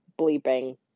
bleeping